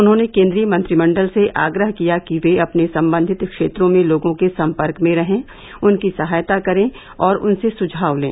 उन्होंने केन्द्रीय मंत्रिमंडल से आग्रह किया कि वे अपने संबंधित क्षेत्रों में लोगों के सम्पर्क में रहें उनकी सहायता करें और उनसे सुझाव लें